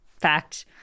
fact